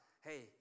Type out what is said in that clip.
hey